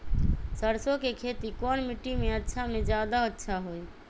सरसो के खेती कौन मिट्टी मे अच्छा मे जादा अच्छा होइ?